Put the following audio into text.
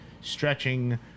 stretching